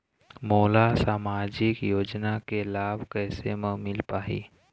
मोला सामाजिक योजना के लाभ कैसे म मिल पाही?